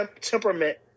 temperament